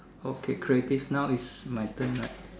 okay creative now is my turn right